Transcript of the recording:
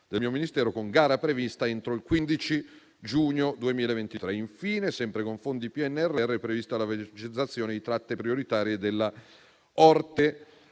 del mio Ministero, con gara prevista entro il 15 giugno 2023. Infine, sempre con fondi PNRR, è prevista la velocizzazione di tratte prioritarie della